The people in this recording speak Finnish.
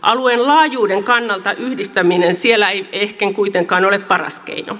alueen laajuuden kannalta yhdistäminen siellä ei ehkä kuitenkaan ole paras keino